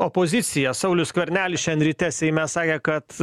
opozicija saulius skvernelis šiandien ryte seime sakė kad